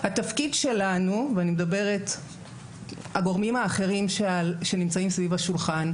התפקיד שלנו ואני מדברת על הגורמים האחרים שנמצאים סביב השולחן,